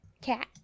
cat